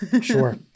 sure